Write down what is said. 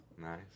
Nice